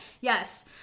Yes